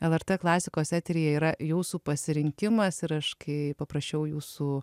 lrt klasikos eteryje yra jūsų pasirinkimas ir aš kai paprašiau jūsų